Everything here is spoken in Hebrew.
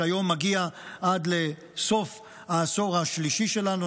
שהיום מגיע עד לסוף העשור השלישי שלנו.